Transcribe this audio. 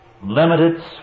limited